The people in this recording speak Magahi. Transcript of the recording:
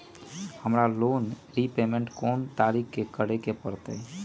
हमरा लोन रीपेमेंट कोन तारीख के करे के परतई?